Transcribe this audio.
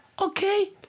okay